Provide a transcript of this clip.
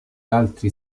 altri